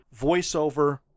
voiceover